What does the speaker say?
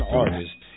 artists